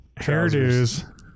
hairdos